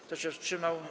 Kto się wstrzymał?